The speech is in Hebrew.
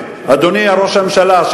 אדוני ראש הממשלה,